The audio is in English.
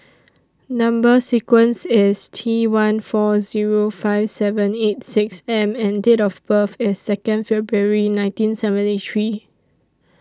Number sequence IS T one four Zero five seven eight six M and Date of birth IS Second February nineteen seventy three